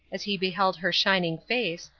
as he beheld her shining face,